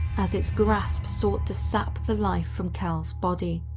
as its grasp sought to sap the life from cal's body.